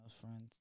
friends